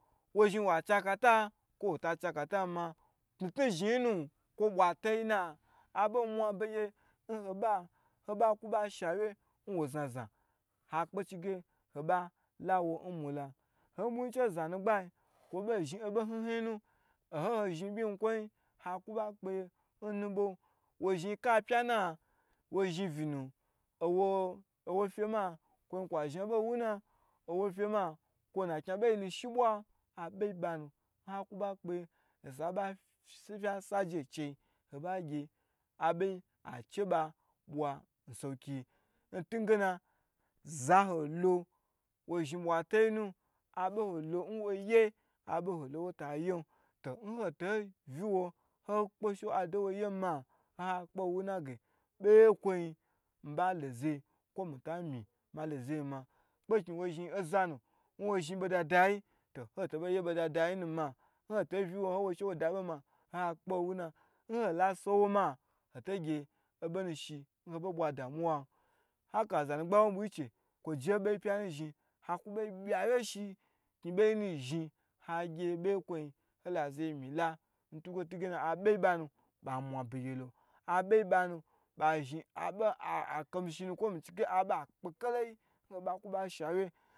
Wo zhni wa cha kata kwo wota zhin wa che akatan ma tnu tnu zhni yi nu kwo bwatoyi na abo mwa be gye n hoba kuba sha wye nba zhna zhna ha kpe chige hoba lawo n mula nho bugyi che zanu gbayi kwo bo zhni obo hn hn yi no hakuba kpeye n nubo, wozhi yinka pyanun wo zhni vinun owofe ma kwon kwa zhn abo wuna owo fye ma kwo na akna be yinu shi bwa abeyi ba nu nha ku ba kpeye osa beba so aje ncheye hoba gye aboyi acheba bwo a nso wokiyi ntugena zaholo wozhi bwatoyinu aboholo nwoye aboholo nwota yen to n ho ton viwo hokpe she adowo ye yin ma nha kpe nwna na ge beye kwoyni mbalo ze yei kwo mita lo ze yei ma kpekni wo zhni ozanu wo zhi boda dayi to hoi to bei ye boda da yi nu ma hoi to boi viwo ho gye she woda bon ma hoha kpe wuna hoi la sowa ma hoto gye bonu shi n ho bo bwadamuwan haka zanugbayi bugyi che kwo je beyi pya na zhni haku bo bya wye shi kni beyi nu zhin agye hola zaye milan n tu kwotu ngena aboyi banu ba mwa begyelo, aboyi banu ba zhni abo mi ba chige a kamshi yi nu abo akpokoloyi n ho ba ku ba shi awye.